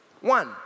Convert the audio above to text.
One